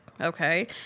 okay